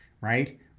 right